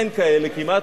אין כאלה כמעט,